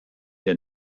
der